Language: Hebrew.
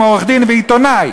עם עורך-הדין והעיתונאי,